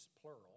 plural